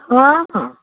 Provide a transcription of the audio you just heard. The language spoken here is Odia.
ହଁ ହଁ